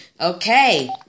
Okay